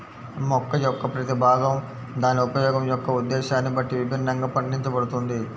మొక్క యొక్క ప్రతి భాగం దాని ఉపయోగం యొక్క ఉద్దేశ్యాన్ని బట్టి విభిన్నంగా పండించబడుతుంది